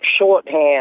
shorthand